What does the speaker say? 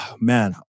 man